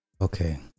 Okay